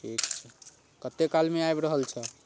ठीक छै कतेक कालमे आबि रहल छऽ